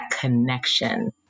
connection